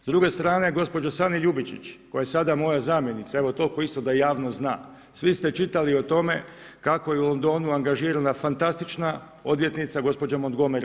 S druge strane, gospođa Sani Ljubičić, koja je sada moja zamjenica, evo toliko isto da javnost zna, svi ste čitali o tome kako je u Londonu angažirana fantastična odvjetnica, gospođa Montgomery.